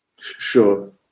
Sure